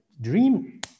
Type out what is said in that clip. dream